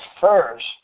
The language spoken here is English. first